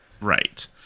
right